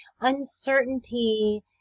uncertainty